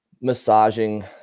massaging